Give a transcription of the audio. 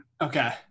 Okay